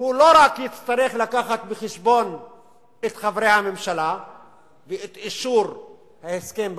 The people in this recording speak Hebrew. הוא לא רק יצטרך לקחת בחשבון את חברי הממשלה ואת אישור ההסכם בממשלה.